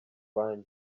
banki